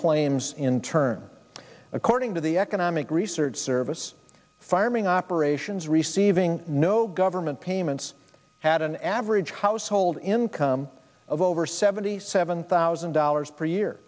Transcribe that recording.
claims in turn according to the economic research service firing operations receiving no government payments had an average household income of over seventy seven thousand dollars per year